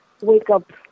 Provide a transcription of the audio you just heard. wake-up